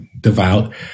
devout